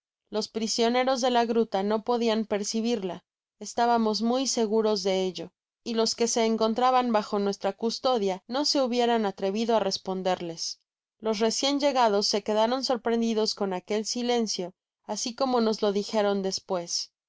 los prisioneros de la gruta no podian percibirla estábamos muy seguros de ello y los que se encontraban bajo nuestra costodia no se hubieran atrevido á responderles los recien llegados se quedaron sorprendidos con aquel silencio asi como nos lo dijeron despues